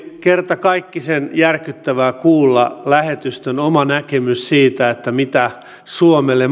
kertakaikkisen järkyttävää kuulla lähetystön oma näkemys siitä mitä suomelle